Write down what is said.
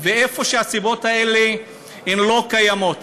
איפה שהסיבות האלה לא קיימות,